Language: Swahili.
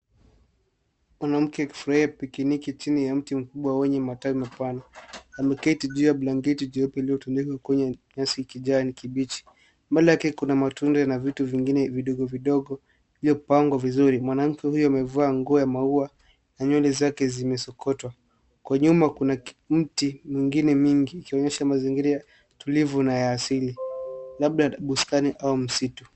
Mwanamke akifurahia pikini chini ya mti mkubwa wenye matawi mapana. Ameketi juu ya blanketi jeupe iliyotandikwa kwenye nyasi kijani kibichi. Mbele yake kuna matunda na vitu vingine vidogovidogo vilivyopangwa vizuri. Mwanamke huyu amevaa nguo ya maua na nywele zake zimesokotwa. Kwa nyuma kuna miti mingine mingi ikionyesha mazingira tulivu na ya asili, labda bustani au msitu.